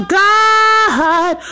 god